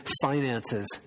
finances